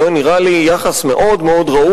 זה נראה לי יחס גבוה,